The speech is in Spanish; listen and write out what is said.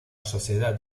sociedad